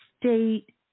state